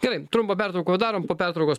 gerai trumpą pertrauką padarom po pertraukos